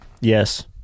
Yes